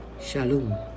Shalom